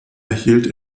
erhielt